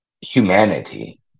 humanity